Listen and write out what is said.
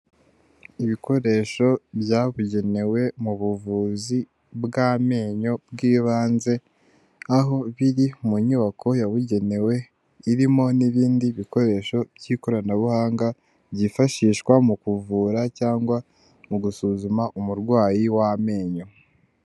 Ibikoresho byabugenewe mu buvuzi bw'amenyo bw'ibanze, aho biri mu nyubako yabugenewe irimo n'ibindi bikoresho by'ikoranabuhanga byifashishwa mu kuvura cyangwa mu gusuzuma umurwayi w'amenyo.